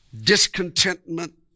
discontentment